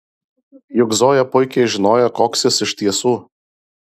juk zoja puikiai žinojo koks jis iš tiesų